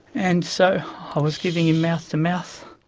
and so i was giving him mouth-to-mouth